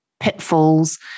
pitfalls